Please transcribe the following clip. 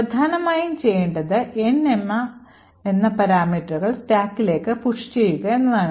പ്രധാനമായും ചെയ്യേണ്ടത് N M എന്നീ പാരാമീറ്ററുകൾ സ്റ്റാക്കിലേക്ക് പുഷ് ചെയ്യുക എന്നതാണ്